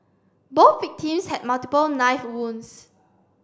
both victims had multiple knife wounds